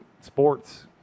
Sports